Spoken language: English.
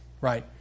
right